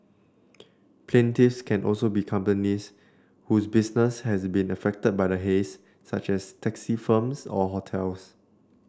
plaintiffs can also be companies whose business has been affected by the haze such as taxi firms or hotels